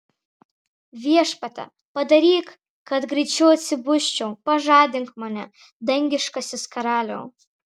viešpatie padaryk kad greičiau atsibusčiau pažadink mane dangiškasis karaliau